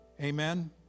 Amen